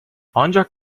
ancak